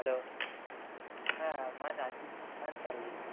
hello હા મારે રાજસ્થાન ફરવું છે